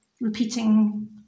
repeating